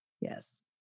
Yes